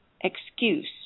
excuse